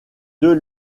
deux